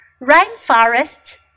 Rainforests